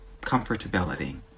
Comfortability